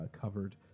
covered